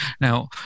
Now